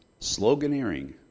Sloganeering